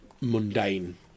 mundane